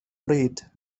bryd